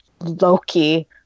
loki